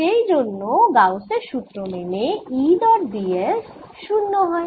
আর সেই জন্য গাউসের সুত্র মেনে E ডট ds 0 হয়